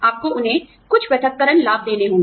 आपको उन्हें कुछ पृथक्करण लाभ देने होंगे